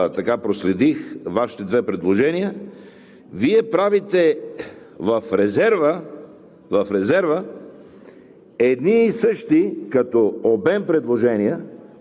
е, че като видях, внимателно проследих Вашите две предложения, Вие правите в резерва едни